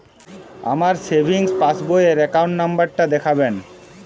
আমার savings passbook র account number টা দেখাবেন?